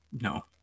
No